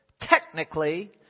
technically